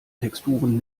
texturen